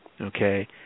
okay